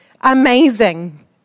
amazing